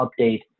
update